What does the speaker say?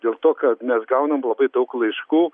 dėl to kad mes gaunam labai daug laiškų